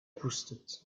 koustet